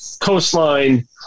coastline